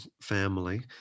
family